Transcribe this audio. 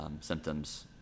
symptoms